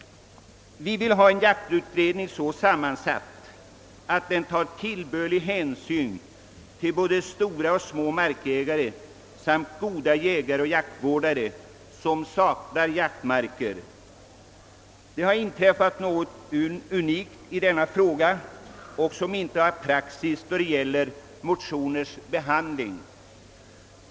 Vi vill ha en jaktutredning så sammansatt att den tar tillbörlig hänsyn till både stora och små markägare samt goda jägare och jaktvårdare som saknar jaktmarker. Det har inträffat något unikt i denna fråga som inte förekommit när det gäller motioners behandling.